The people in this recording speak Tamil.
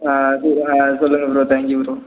ஆ கூ ஆ சொல்லுங்கள் ப்ரோ தேங்க்யூ ப்ரோ